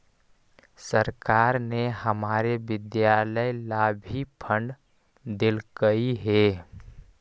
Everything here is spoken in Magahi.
सरकार ने हमारे विद्यालय ला भी फण्ड देलकइ हे